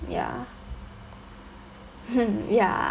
ya ya